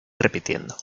repitiendo